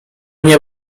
nie